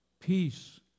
Peace